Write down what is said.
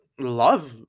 love